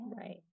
right